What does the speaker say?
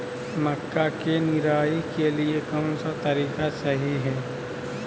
मक्का के निराई के लिए कौन सा तरीका सही है?